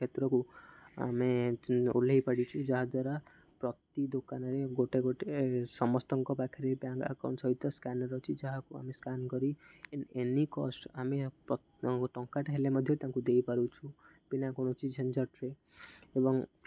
କ୍ଷେତ୍ରକୁ ଆମେ ଓହ୍ଲେଇ ପାରିଛୁ ଯାହାଦ୍ୱାରା ପ୍ରତି ଦୋକାନରେ ଗୋଟେ ଗୋଟେ ସମସ୍ତଙ୍କ ପାଖରେ ବ୍ୟାଙ୍କ ଆକାଉଣ୍ଟ ସହିତ ସ୍କାନର ଅଛି ଯାହାକୁ ଆମେ ସ୍କାନ୍ କରି ଏନିିକଷ୍ଟ ଆମେ ଟଙ୍କାଟା ହେଲେ ମଧ୍ୟ ତାଙ୍କୁ ଦେଇପାରୁଛୁ ବିନା କୌଣସି ଝିନଝଟରେ ଏବଂ